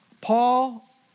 Paul